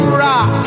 rock